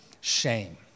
shame